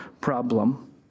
problem